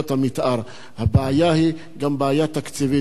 הבעיה היא גם בעיה תקציבית, כי תוכניות המיתאר,